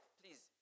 please